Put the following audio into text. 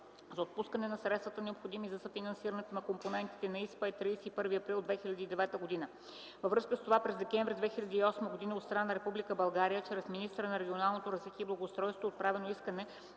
за отпускане на средствата, необходими за съфинансирането на компонентите по ИСПА е 31 април 2009 г. Във връзка с това през декември 2008 г. от страна на Република България, чрез министъра на регионалното развитие и благоустройството, е отправено искане